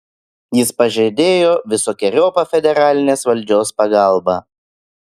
jis pažadėjo visokeriopą federalinės valdžios pagalbą